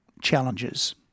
challenges